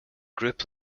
group